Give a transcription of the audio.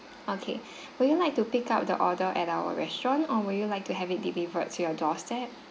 okay would you like to pick up the order at our restaurant or would you like to have it delivered to your doorstep